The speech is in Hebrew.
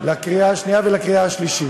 לקריאה השנייה ולקריאה השלישית.